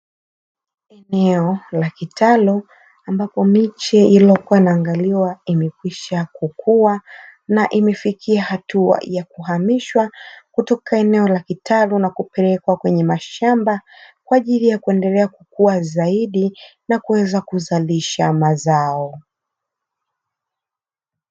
Eneo la kitalu ambapo miche iliyokuwa inaangaliwa imekwisha kukua na imefikia hatua ya kuhamishwa kutoka eneo la kitalu na kupelekwa kwenye mashamba kwa ajili ya kuendelea kukuwa zaidi na kuweza kuzalisha mazao.